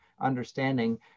understanding